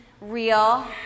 real